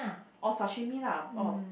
or sashimi lah or